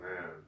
man